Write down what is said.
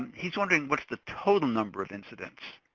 he's wondering what's the total number of incidents?